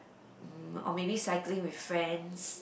mm or maybe cycling with friends